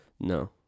No